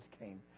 came